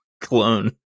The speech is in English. clone